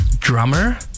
drummer